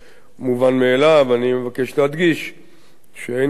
מובן מאליו, אני מבקש להדגיש שאין כאן,